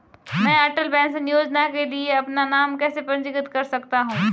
मैं अटल पेंशन योजना के लिए अपना नाम कैसे पंजीकृत कर सकता हूं?